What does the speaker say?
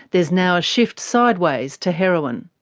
there's now a shift sideways to heroin.